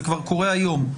זה כבר קורה היום.